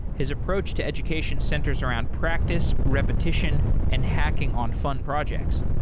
his approach to education centers around practice, repetition and hacking on fun projects.